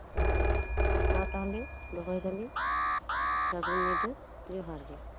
ᱛᱟᱦᱞᱮ ᱢᱟ ᱛᱟᱦᱞᱮ ᱫᱚᱦᱚᱭ ᱫᱟᱞᱤᱧ ᱥᱟᱹᱜᱩᱱ ᱧᱤᱫᱟᱹ ᱡᱚᱦᱟᱨ ᱜᱮ